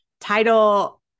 title